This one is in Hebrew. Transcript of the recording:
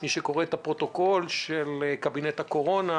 מי שקורא את הפרוטוקול של קבינט הקורונה,